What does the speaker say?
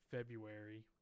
February